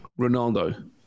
Ronaldo